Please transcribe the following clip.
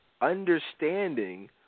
understanding